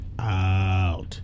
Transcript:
out